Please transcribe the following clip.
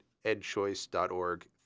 edchoice.org